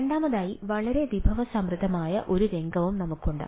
രണ്ടാമതായി വളരെ വിഭവസമൃദ്ധമായ ഒരു രംഗവും നമുക്കുണ്ട്